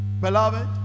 Beloved